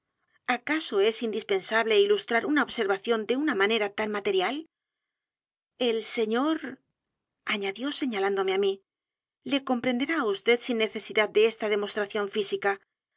acaso es indispensable ilustrar una observación de una manera tan material el señor añadió señalándome á mi le comprenderá á vd sin necesidad de esta demostración física